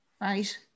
right